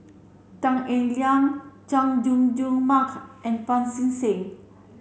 Tan Eng Liang Chay Jung Jun Mark and Pancy Seng